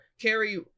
Carrie